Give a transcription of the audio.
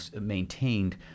maintained